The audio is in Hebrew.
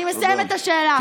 אני מסיימת את השאלה.